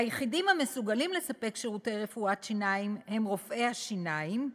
היחידים המסוגלים לספק שירותי רפואת שיניים הם רופאי השיניים.